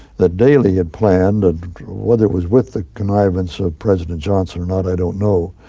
that daley had planned, and whether it was with the connivance of president johnson or not, i don't know,